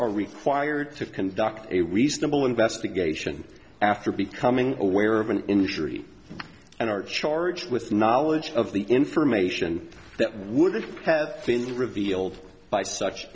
are required to conduct a reasonable investigation after becoming aware of an injury and are charged with knowledge of the information that would have been revealed by such